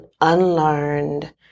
unlearned